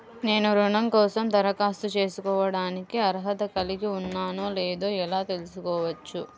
నేను రుణం కోసం దరఖాస్తు చేసుకోవడానికి అర్హత కలిగి ఉన్నానో లేదో ఎలా తెలుసుకోవచ్చు?